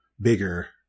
bigger